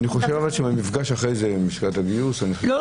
אני חושב אבל שבמפגש אחרי זה עם לשכת הגיוס --- לא,